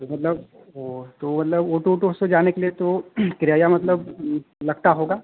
तो मतलब वह तो मतलब ऑटो ऑटो से जाने के लिए तो किराया मतलब लगता होगा